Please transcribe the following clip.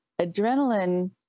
adrenaline